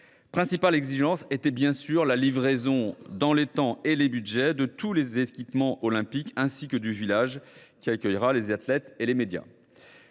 Cojop, à commencer bien sûr par la livraison dans les temps et les budgets de tous les équipements olympiques et du village qui accueillera les athlètes et les médias.